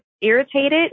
irritated